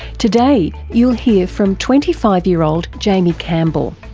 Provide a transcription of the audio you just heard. today you'll hear from twenty five year old jaimie campbell.